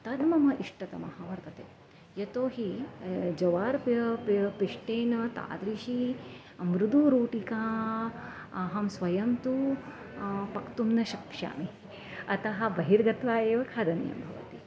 तत् मम इष्टतमः वर्तते यतोहि जवार् पिष्टेन तादृशी मृदुरोटिका अहं स्वयं तु पक्तुं न शक्नोमि अतः बहिर्गत्वा एव खादनीयम् भवति